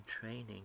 training